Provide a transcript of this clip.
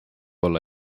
olla